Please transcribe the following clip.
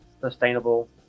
sustainable